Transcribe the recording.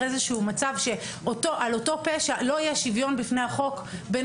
איזשהו מצב שעל אותו פשע לא יהיה שוויון בפני החוק בין